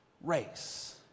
race